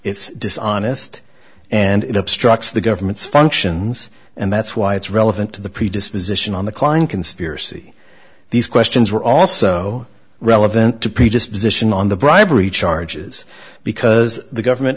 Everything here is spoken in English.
it's dishonest and it obstructs the government's functions and that's why it's relevant to the predisposition on the klein conspiracy these questions were also relevant to predisposition on the bribery charges because the government